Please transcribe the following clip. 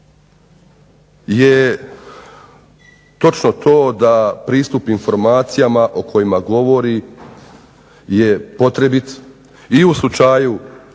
je točno to da pristup informacijama o kojima govori je potrebit i u slučaju